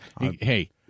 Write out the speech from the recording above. Hey